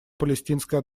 палестинской